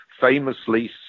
famously